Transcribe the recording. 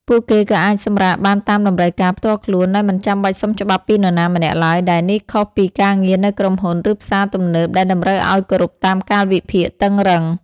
ពួកគេក៏អាចសម្រាកបានតាមតម្រូវការផ្ទាល់ខ្លួន ដោយមិនចាំបាច់សុំច្បាប់ពីនរណាម្នាក់ឡើយ ដែលនេះខុសពីការងារនៅក្រុមហ៊ុន ឬផ្សារទំនើបដែលតម្រូវឲ្យគោរពតាមកាលវិភាគតឹងរ៉ឹង។